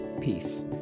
Peace